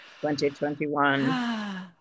2021